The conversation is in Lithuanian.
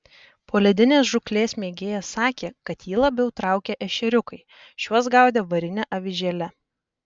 poledinės žūklės mėgėjas sakė kad jį labiau traukia ešeriukai šiuos gaudė varine avižėle